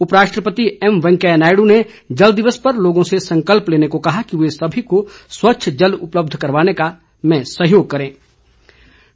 उपराष्ट्रपति एमवेंकैया नायडू ने जल दिवस पर लोगों से संकल्प लेने को कहा कि वे सभी को स्वच्छ जल उपलब्ध कराने में सहयोग करेंगे